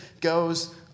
goes